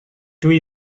dwy